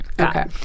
Okay